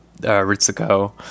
Ritsuko